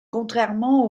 contrairement